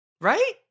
Right